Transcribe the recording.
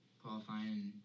qualifying